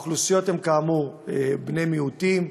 קבוצות האוכלוסייה הן כאמור בני מיעוטים,